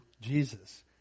Jesus